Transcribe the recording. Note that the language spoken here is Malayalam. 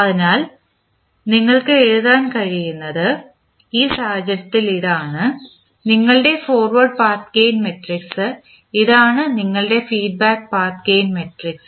അതിനാൽ നിങ്ങൾക്ക് എഴുതാൻ കഴിയുന്നത് ഈ സാഹചര്യത്തിൽ ഇതാണ് നിങ്ങളുടെ ഫോർവേഡ് പാത്ത് ഗെയിൻ മാട്രിക്സ് ഇതാണ് നിങ്ങളുടെ ഫീഡ്ബാക്ക് പാത്ത് ഗെയിൻ മാട്രിക്സ്